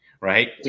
right